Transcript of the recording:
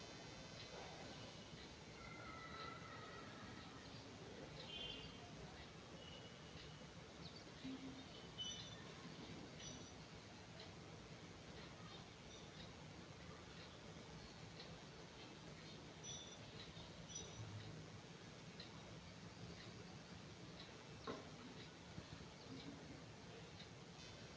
strawberry लाल रंग के बेहद खूबसूरत दिखै वाला फल होय छै